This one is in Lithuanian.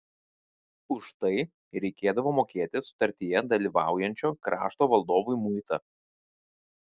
už tai reikėdavo mokėti sutartyje dalyvaujančio krašto valdovui muitą